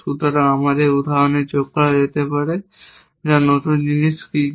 সুতরাং আমাদের উদাহরণে যোগ করা যেতে পারে যা নতুন জিনিস কি কি